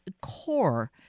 core